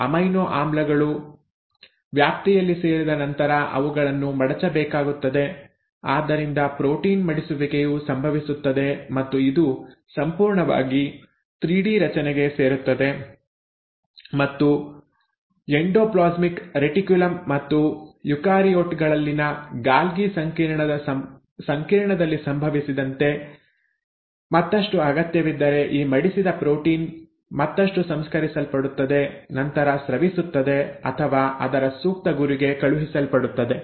amino ಆಮ್ಲಗಳು ವ್ಯಾಪ್ತಿಯಲ್ಲಿ ಸೇರಿದ ನಂತರ ಅವುಗಳನ್ನು ಮಡಚಬೇಕಾಗುತ್ತದೆ ಆದ್ದರಿಂದ ಪ್ರೋಟೀನ್ ಮಡಿಸುವಿಕೆಯು ಸಂಭವಿಸುತ್ತದೆ ಮತ್ತು ಇದು ಸಂಪೂರ್ಣವಾಗಿ 3 ಡಿ ರಚನೆಗೆ ಸೇರುತ್ತದೆ ಮತ್ತು ಎಂಡೋಪ್ಲಾಸ್ಮಿಕ್ ರೆಟಿಕ್ಯುಲಮ್ ಮತ್ತು ಯುಕಾರಿಯೋಟ್ ಗಳಲ್ಲಿನ ಗಾಲ್ಗಿ ಸಂಕೀರ್ಣದಲ್ಲಿ ಸಂಭವಿಸಿದಂತೆ ಮತ್ತಷ್ಟು ಅಗತ್ಯವಿದ್ದರೆ ಈ ಮಡಿಸಿದ ಪ್ರೋಟೀನ್ ಮತ್ತಷ್ಟು ಸಂಸ್ಕರಿಸಲ್ಪಡುತ್ತದೆ ನಂತರ ಸ್ರವಿಸುತ್ತದೆ ಅಥವಾ ಅದರ ಸೂಕ್ತ ಗುರಿಗೆ ಕಳುಹಿಸಲ್ಪಡುತ್ತದೆ